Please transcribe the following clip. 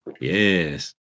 Yes